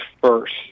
first